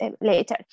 later